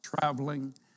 traveling